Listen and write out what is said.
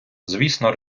звісно